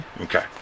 Okay